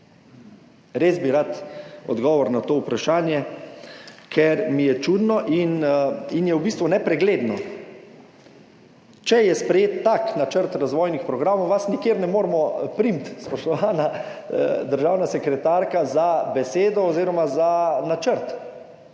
Res bi rad odgovor na to vprašanje, ker mi je čudno in je v bistvu nepregledno. Če je sprejet tak načrt razvojnih programov, vas nikjer ne moremo prijeti, spoštovana državna sekretarka, za besedo oziroma za načrt.